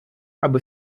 аби